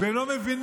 והם לא מבינים.